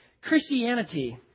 Christianity